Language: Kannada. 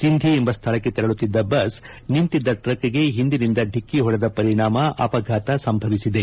ಸಿಂಧಿ ಎಂಬ ಸ್ಥಳಕ್ಕೆ ತೆರಳುತ್ತಿದ್ದ ಬಸ್ ನಿಂತಿದ್ದ ಟ್ರಕ್ಗೆ ಹಿಂದಿನಿಂದ ಡಿಕ್ಕಿ ಹೊಡೆದ ಪರಿಣಾಮ ಅಪಘಾತ ಸಂಭವಿಸಿದೆ